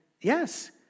Yes